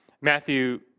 Matthew